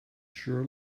sure